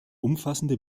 umfassende